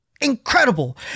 incredible